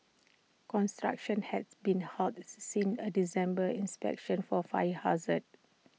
construction has been halted since A December inspection for fire hazards